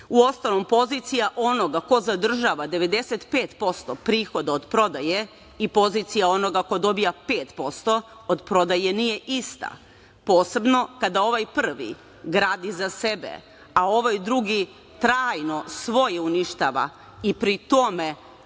ostalom, pozicija onoga ko zadržava 95% prihoda od prodaje i pozicija onoga ko dobija 5% od prodaje nije ista, posebno kada ovaj prvi gradi za sebe, a ovaj drugi trajno svoje uništava i pritom finansira